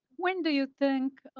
when do you think